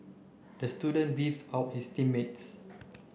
the student beefed about his team mates